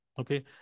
Okay